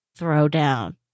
Throwdown